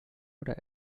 oder